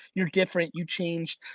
you're different, you changed,